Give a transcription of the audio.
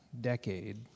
decade